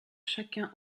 chacun